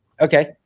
okay